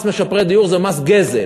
מס משפרי דיור זה מס גזל.